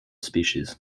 species